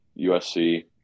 USC